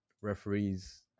referees